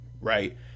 right